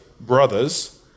brothers